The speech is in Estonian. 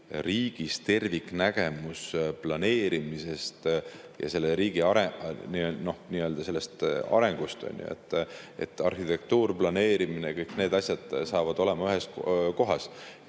riigis terviknägemus planeerimisest ja riigi arengust. Arhitektuur, planeerimine ja kõik need asjad saavad olema ühes kohas,